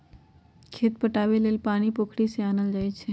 खेत पटाबे लेल पानी पोखरि से आनल जाई छै